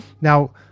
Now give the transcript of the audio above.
Now